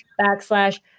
backslash